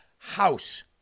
house